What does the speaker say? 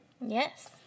Yes